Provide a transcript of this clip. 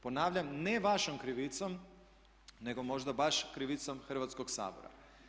Ponavljam, ne vašom krivicom nego možda baš krivicom Hrvatskog sabora.